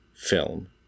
film